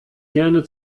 gerne